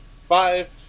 five